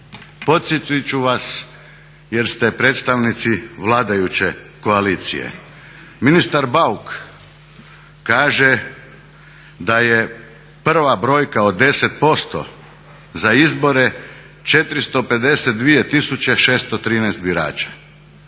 Podsjetiti ću vas jer ste predstavnici vladajuće koalicije. Ministar Bauk kaže da je prva brojka od 10% za izbore 452 tisuće 613 birača.